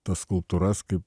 tas skulptūras kaip